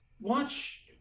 watch